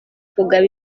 kugaba